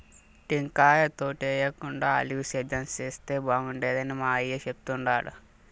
టెంకాయ తోటేయేకుండా ఆలివ్ సేద్యం చేస్తే బాగుండేదని మా అయ్య చెప్తుండాడు